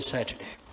Saturday